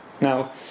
Now